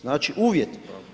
Znači uvjet.